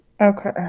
Okay